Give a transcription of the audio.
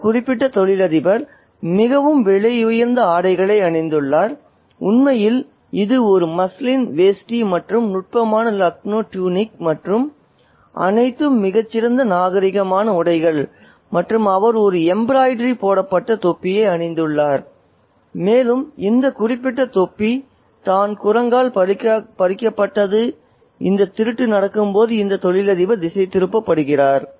இந்த குறிப்பிட்ட தொழிலதிபர் மிகவும் விலையுயர்ந்த ஆடைகளை அணிந்துள்ளார் உண்மையில் இது ஒரு மஸ்லின் வேஷ்டி மற்றும் ஒரு நுட்பமான லக்னோ டூனிக் அனைத்தும் மிகச்சிறந்த நாகரீகமான உடைகள் மற்றும் அவர் ஒரு எம்பிராய்டரி போடப்பட்ட தொப்பியை அணிந்துள்ளார் மேலும் இந்த குறிப்பிட்ட தொப்பி தான் குரங்கால் பறிக்கப்பட்டது இந்த திருட்டு நடக்கும்போது இந்த தொழிலதிபர் திசைதிருப்பப்படுகிறார்